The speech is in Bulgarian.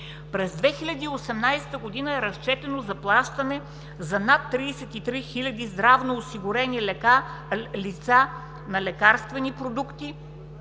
През 2018 г. е разчетено заплащането за над 33 хиляди здравноосигурени лица на лекарствени продукти,